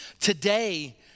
today